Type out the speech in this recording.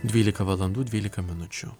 dvylika valandų dvylika minučių